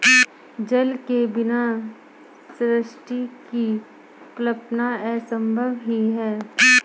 जल के बिना सृष्टि की कल्पना असम्भव ही है